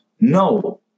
no